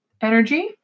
energy